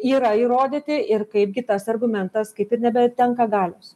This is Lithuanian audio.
yra įrodyti ir kaipgi tas argumentas kaip ir nebetenka galios